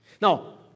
Now